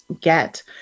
get